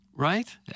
Right